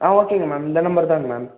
ஆ ஓகேங்க மேம் இந்த நம்பர் தான்ங்க மேம்